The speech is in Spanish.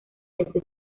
desde